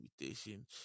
invitation